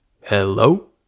Hello